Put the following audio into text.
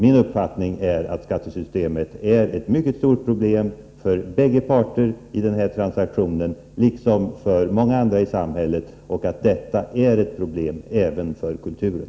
Min uppfattning är att skattesystemet är ett mycket stort problem för bägge parter i den här typen av transaktion, liksom för många andra i samhället, och att detta därmed är ett problem även för kulturen.